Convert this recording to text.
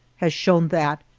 has shown that,